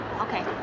Okay